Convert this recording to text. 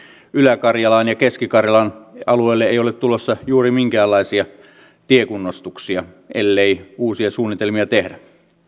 mehän pidimme välikysymystiedotustilaisuuden sen jälkeen kun pääministeri ei tuonut sitä mahdollisuutta että olisimme voineet käydä keskustelun pääministerin ilmoituksen perusteella